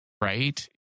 right